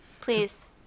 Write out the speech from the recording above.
Please